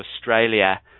australia